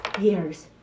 years